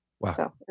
Wow